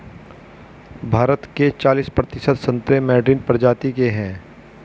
भारत के चालिस प्रतिशत संतरे मैडरीन प्रजाति के हैं